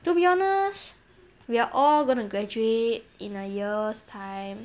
to be honest we're all gonna graduate in a year's time